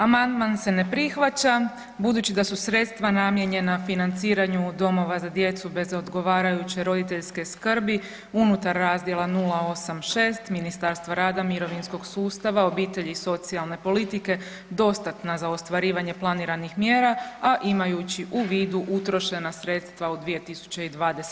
Amandman se ne prihvaća budući da su sredstva namijenjena financiranju domova za djecu bez odgovarajuće roditeljske skrbi unutar razdjela 086 Ministarstva rada, mirovinskog sustava, obitelji i socijalne politike dostatna za ostvarivanje planiranih mjera, a imajući u vidu utrošena sredstva u 2020.g.